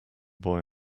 boy